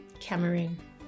Cameroon